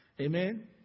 amen